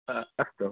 हा अस्तु